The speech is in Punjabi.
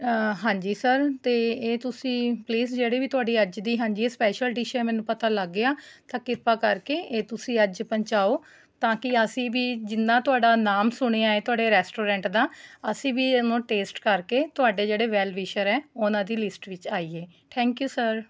ਹਾਂਜੀ ਸਰ ਅਤੇ ਇਹ ਤੁਸੀਂ ਪਲੀਸ ਜਿਹੜੀ ਵੀ ਤੁਹਾਡੀ ਅੱਜ ਦੀ ਹਾਂਜੀ ਸਪੈਸ਼ਲ ਡਿਸ਼ ਹੈ ਮੈਨੂੰ ਪਤਾ ਲੱਗ ਗਿਆ ਤਾਂ ਕਿਰਪਾ ਕਰਕੇ ਇਹ ਤੁਸੀਂ ਅੱਜ ਪਹੁੰਚਾਉ ਤਾਂ ਕਿ ਅਸੀਂ ਵੀ ਜਿੰਨਾ ਤੁਹਾਡਾ ਨਾਮ ਸੁਣਿਆ ਹੈ ਤੁਹਾਡੇ ਰੈਸਟੋਰੈਂਸ ਦਾ ਅਸੀਂ ਵੀ ਉਹਨੂੰ ਟੇਸਟ ਕਰਕੇ ਤੁਹਾਡੇ ਜਿਹੜੇ ਵੈੱਲ ਵਿਸ਼ਰ ਹੈ ਉਨ੍ਹਾਂ ਦੀ ਲਿਸਟ ਵਿੱਚ ਆਈਏ ਥੈਂਕ ਊ ਸਰ